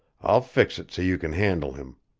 i'll fix it so you can handle him.